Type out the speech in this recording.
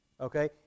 Okay